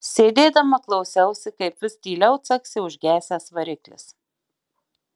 sėdėdama klausiausi kaip vis tyliau caksi užgesęs variklis